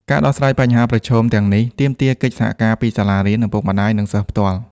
ការដោះស្រាយបញ្ហាប្រឈមទាំងនេះទាមទារកិច្ចសហការពីសាលារៀន ឪពុកម្តាយ និងសិស្សផ្ទាល់។